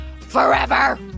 forever